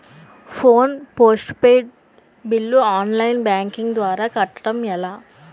Phone postpaid bill online banking ద్వారా కట్టడం ఎలా?